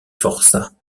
forçats